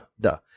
duh